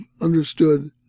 understood